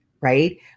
right